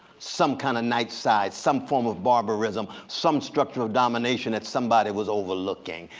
some kind of night side, some form of barbarism, some structure of domination that somebody was overlooking.